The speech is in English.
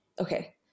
okay